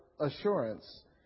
assurance